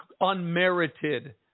unmerited